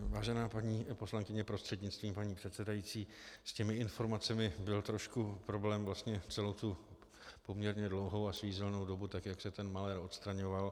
Vážená paní poslankyně prostřednictvím paní předsedající, s těmi informacemi byl trošku problém vlastně celou tu poměrně dlouhou a svízelnou dobu, tak jak se ten malér odstraňoval.